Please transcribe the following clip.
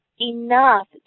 enough